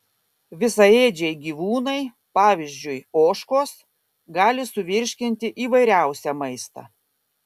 visaėdžiai gyvūnai pavyzdžiui ožkos gali suvirškinti įvairiausią maistą